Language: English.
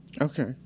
Okay